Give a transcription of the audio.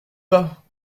pas